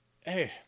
hey